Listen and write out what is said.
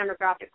demographic